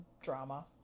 drama